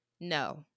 No